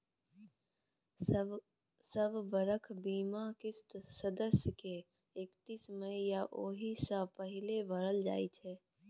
सब बरख बीमाक किस्त सदस्य के एकतीस मइ या ओहि सँ पहिने भरल जाइ छै